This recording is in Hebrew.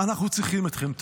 אנחנו צריכים אתכם.